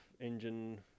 engine